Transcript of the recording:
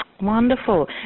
Wonderful